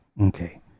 Okay